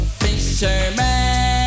fisherman